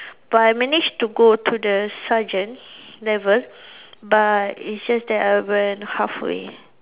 but I managed to go to the sergeant level but then it's just that I went halfway